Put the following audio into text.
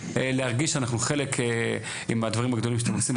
להרגיש שאנחנו חלק מהדברים הגדולים שאתם עושים,